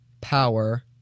power